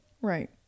right